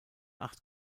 acht